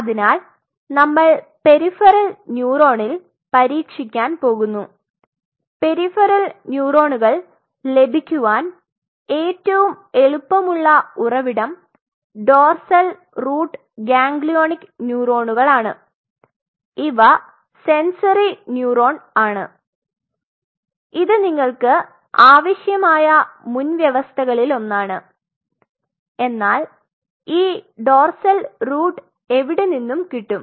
അതിനാൽ നമ്മൾ പെരിഫെറൽ ന്യൂറോണിൽ പരീക്ഷിക്കാൻ പോകുന്നു പെരിഫറൽ ന്യൂറോണുകൾ ലഭിക്കുവാൻ ഏറ്റവും എളുപ്പമുള്ള ഉറവിടം ഡോർസൽ റൂട്ട് ഗാംഗ്ലിയോണിക് ന്യൂറോണുകളാണ് ഇവ സെന്സറി ന്യൂറോൺ ആണ് ഇത് നിങ്ങൾക്ക് ആവശ്യമായ മുൻവ്യവസ്ഥകളിലൊന്നാണ് എന്നാൽ ഈ ഡോർസൽ റൂട്ട് എവിടെനിന്നും കിട്ടും